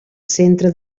centre